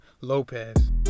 lopez